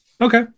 Okay